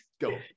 go